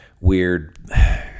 weird